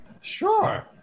Sure